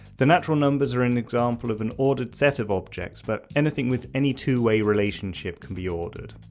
the natural numbers are an example of an ordered set of objects, but anything with any two way relationship can be ordered.